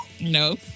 No